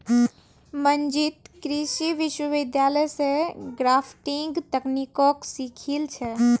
मंजीत कृषि विश्वविद्यालय स ग्राफ्टिंग तकनीकक सीखिल छ